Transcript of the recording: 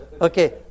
okay